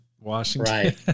Washington